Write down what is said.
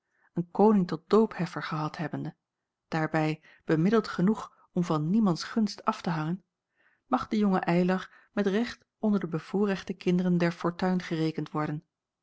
een koning tot doopheffer gehad hebbende daarbij bemiddeld genoeg om van niemands gunst af te hangen mag de jonge eylar met recht onder de bevoorrechte kinderen der fortuin gerekend worden